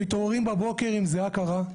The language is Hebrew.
והם מתעוררים בבוקר עם זעה קרה,